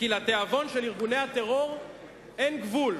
כי לתיאבון של ארגוני הטרור אין גבול,